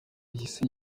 yahise